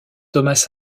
thomas